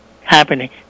happening